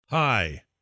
Hi